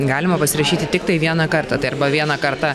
galima pasirašyti tiktai vieną kartą arba vieną kartą